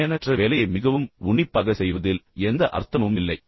பயனற்ற வேலையை மிகவும் உன்னிப்பாகச் செய்வதில் எந்த அர்த்தமும் இல்லை